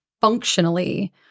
functionally